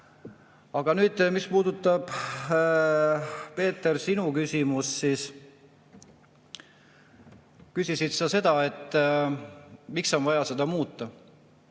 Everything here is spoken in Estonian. tõid! Nüüd, mis puudutab, Peeter, sinu küsimust, siis küsisid sa seda, et miks on vaja seda muuta.